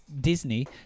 Disney